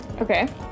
Okay